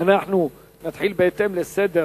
נתחיל בהתאם לסדר